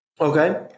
Okay